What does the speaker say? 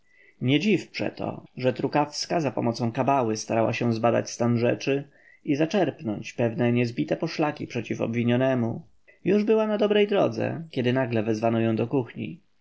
nie dziw przeto że trukawska za pomocą kabały starała się zbadać stan rzeczy i zaczerpnąć pewne niezbite poszlaki przeciw obwinionemu już była na dobrej drodze kiedy nagle wezwano ją do kuchni